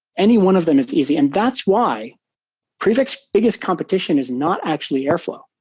anyone of them is easy, and that's why prefect's biggest competition is not actually airflow.